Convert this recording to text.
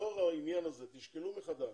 לאור העניין הזה תשקלו מחדש,